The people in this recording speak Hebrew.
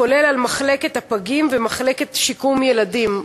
כולל מחלקת הפגים ומחלקת שיקום ילדים.